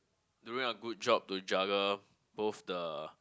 doing a good job to juggle both the